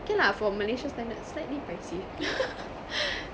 okay lah for malaysia standard it's slightly pricey